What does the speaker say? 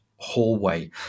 hallway